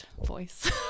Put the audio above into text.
voice